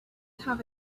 have